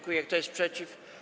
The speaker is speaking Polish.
Kto jest przeciw?